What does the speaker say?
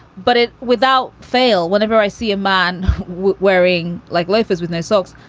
but it without fail. whenever i see a man wearing like loafers with no socks,